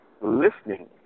listening